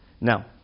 Now